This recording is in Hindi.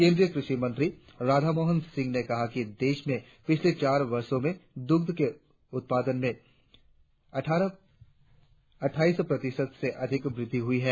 केंद्रीय कृषि मंत्री राधामोहन सिंह ने कहा कि देश में पिछले चार वर्षों में दुग्ध के उत्पादन में अट्ठाईस प्रतिशत से अधिक वृद्धि हुई है